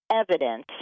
evidence